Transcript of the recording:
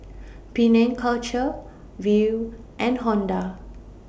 Penang Culture Viu and Honda